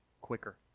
quicker